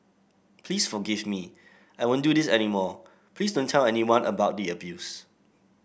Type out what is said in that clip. please forgive me I won't do this any more please don't tell anyone about the abuse